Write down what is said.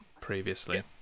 previously